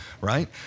right